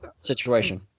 situation